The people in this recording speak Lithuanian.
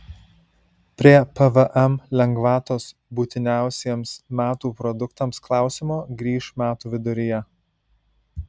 prie pvm lengvatos būtiniausiems metų produktams klausimo grįš metų viduryje